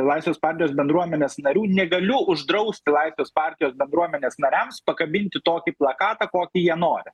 laisvės partijos bendruomenės narių negaliu uždrausti laisvės partijos bendruomenės nariams pakabinti tokį plakatą kokį jie nori